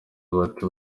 bati